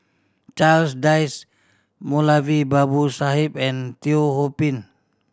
Charles Dyce Moulavi Babu Sahib and Teo Ho Pin